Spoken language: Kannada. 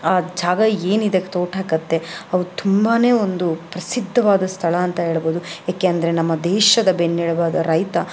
ಆ ಜಾಗ ಏನಿದೆ ತೋಟ ಗದ್ದೆ ಅವು ತುಂಬಾ ಒಂದು ಪ್ರಸಿದ್ದವಾದ ಸ್ಥಳ ಅಂತ ಏಳ್ಬೋದು ಏಕೆ ಅಂದರೆ ನಮ್ಮ ದೇಶದ ಬೆನ್ನೆಲುಬಾದ ರೈತ